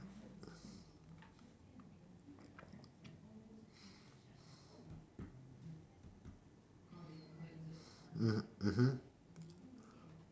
mm mmhmm